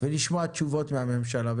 ולשמוע תשובות מהממשלה.